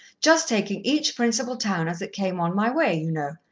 just taking each principal town as it came on my way, you know,